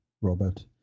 Robert